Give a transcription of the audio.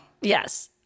yes